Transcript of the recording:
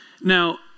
Now